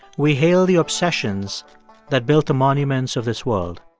we hail the obsessions that built the monuments of this world.